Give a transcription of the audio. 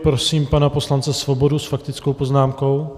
Prosím pana poslance Svobodu s faktickou poznámkou.